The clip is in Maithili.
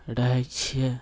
रहैत छियै